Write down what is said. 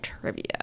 trivia